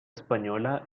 española